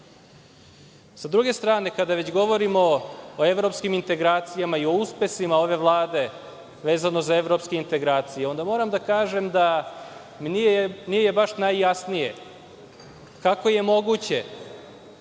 druge strane, kada već govorimo o evropskim integracijama i o uspesima ove Vlade vezano za evropske integracije, onda moram da kažem da mi nije baš najjasnije kako je moguće